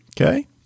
okay